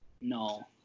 No